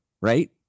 right